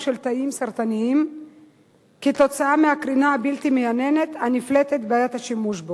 של תאים סרטניים כתוצאה מהקרינה הבלתי-מייננת הנפלטת בעת השימוש בו.